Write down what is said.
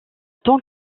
tant